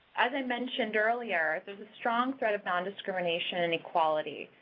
as i mentioned earlier, there's a strong thread of nondiscrimination and equality.